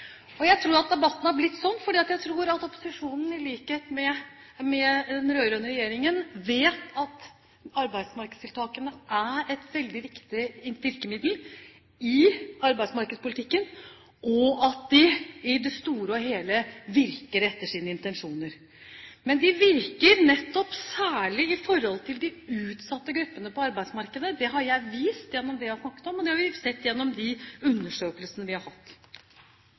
Jeg tror at debatten har blitt sånn fordi opposisjonen i likhet med den rød-grønne regjeringen vet at arbeidsmarkedstiltakene er et veldig viktig virkemiddel i arbeidsmarkedspolitikken, og at de i det store og hele virker etter sine intensjoner. Men de virker nettopp særlig i forhold til de utsatte gruppene på arbeidsmarkedet. Det har jeg vist gjennom det jeg har snakket om, og det har vi sett gjennom de undersøkelsene vi har hatt.